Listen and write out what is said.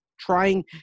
trying